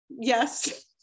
yes